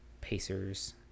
Pacers